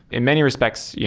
in many respects, yeah